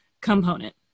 component